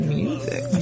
music